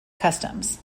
customs